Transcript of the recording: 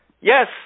Yes